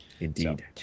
Indeed